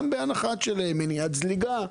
גם באנחת מניעת זליגה,